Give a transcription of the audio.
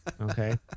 Okay